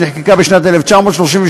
שנחקקה בשנת 1933,